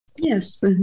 Yes